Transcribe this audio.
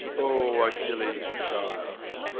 o achilles' child!